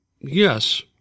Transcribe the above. Yes